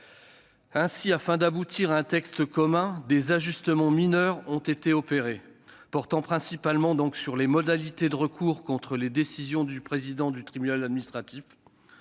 Afin d'aboutir à un texte commun, des ajustements mineurs ont été opérés, portant principalement sur les modalités de recours contre les décisions du président du tribunal administratif.